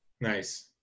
Nice